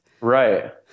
Right